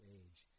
age